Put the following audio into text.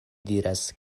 diras